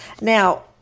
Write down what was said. Now